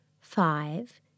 five